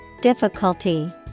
Difficulty